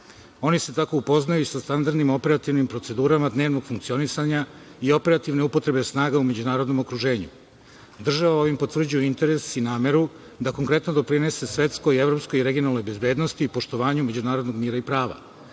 Oni se tako upoznaju sa standardnim, operativnim procedurama dnevnog funkcionisanja i operativne upotrebe snaga u međunarodnom okruženju. Država ovim potvrđuje interes i nameru da konkretno doprinese svetskoj i evropskoj regionalnoj bezbednosti i poštovanju međunarodnog mira i prava.